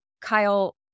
Kyle